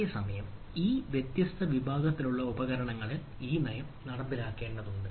അതേസമയം ഈ വ്യത്യസ്ത വിഭാഗത്തിലുള്ള ഉപകരണങ്ങളിൽ ഈ നയം നടപ്പിലാക്കേണ്ടതുണ്ട്